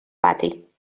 pati